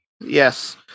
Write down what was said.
yes